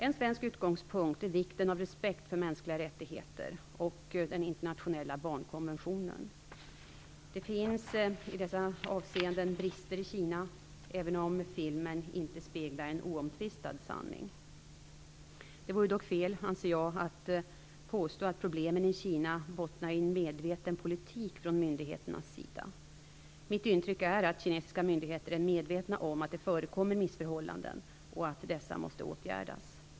En svensk utgångspunkt är vikten av respekt för mänskliga rättigheter och den internationella barnkonventionen. Det finns i dessa avseenden brister i Kina, även om filmen inte speglar en oomtvistad sanning. Det vore dock fel, anser jag, att påstå att problemen i Kina bottnar i en medveten politik från myndigheternas sida. Mitt intryck är att kinesiska myndigheter är medvetna om att det förekommer missförhållanden och att dessa måste åtgärdas.